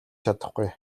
чадахгүй